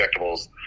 injectables